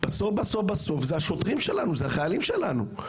בסוף זה השוטרים והחיילים שלנו.